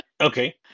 Okay